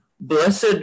Blessed